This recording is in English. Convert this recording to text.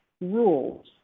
rules